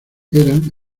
eran